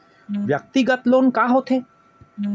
व्यक्तिगत लोन का होथे?